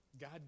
God